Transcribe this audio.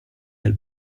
del